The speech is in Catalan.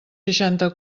seixanta